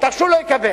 בטח שהוא לא יקבל,